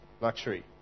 luxury